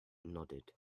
nodded